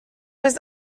was